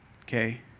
Okay